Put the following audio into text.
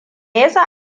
yasa